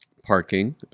parking